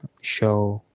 show